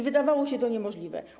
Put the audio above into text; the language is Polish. Wydawało się to niemożliwe.